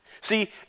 See